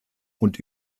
und